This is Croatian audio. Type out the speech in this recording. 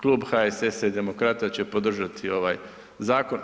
Klub HSS-a i Demokrata će podržat ovaj zakon.